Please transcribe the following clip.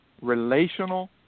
relational